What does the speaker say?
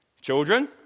Children